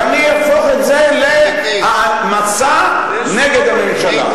ואני אהפוך את זה למסע נגד הממשלה.